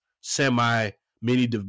semi-mini